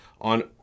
on